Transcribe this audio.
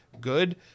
good